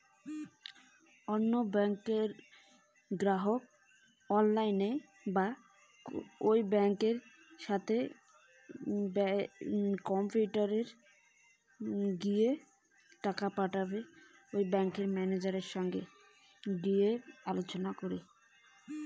অন্য ব্যাংকের গ্রাহককে কিভাবে টাকা পাঠাবো?